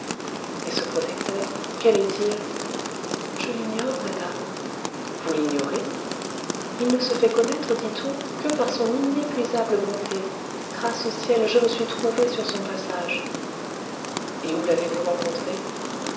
et ce protecteur quel est-il je l'ignore madame vous l'ignorez il ne se fait connaître dit-on que par son inépuisable bonté grâce au ciel je me suis trouvée sur son passage et où l'avez-vous rencontré